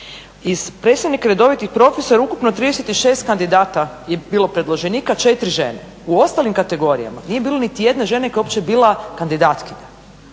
Iz predstavnika redovitih profesora ukupno 36 kandidata je bilo predloženika, 4 žene. U ostalim kategorijama nije bilo niti jedne žene koja je uopće bila kandidatkinja